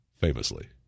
famously